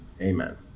Amen